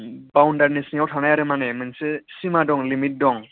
बावनदारिनि सिङाव थानाय आरो माने मोनसे सिमा दं लिमिथ दं